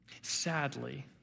Sadly